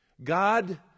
God